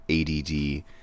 ADD